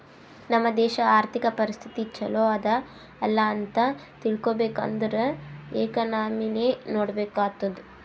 ನಮ್ ದೇಶಾ ಅರ್ಥಿಕ ಪರಿಸ್ಥಿತಿ ಛಲೋ ಅದಾ ಇಲ್ಲ ಅಂತ ತಿಳ್ಕೊಬೇಕ್ ಅಂದುರ್ ಎಕನಾಮಿನೆ ನೋಡ್ಬೇಕ್ ಆತ್ತುದ್